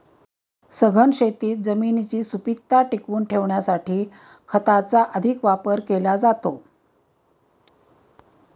सघन शेतीत जमिनीची सुपीकता टिकवून ठेवण्यासाठी खताचा अधिक वापर केला जातो